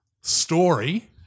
Story